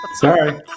Sorry